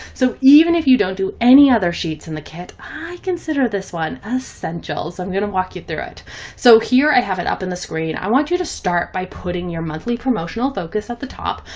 so even if you don't do any other sheets in the kit, i consider this one essential. so i'm going to walk you through it. so here i have it up in the screen. i want you to start by putting your monthly promotional focus at the top.